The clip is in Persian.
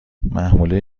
محموله